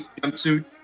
jumpsuit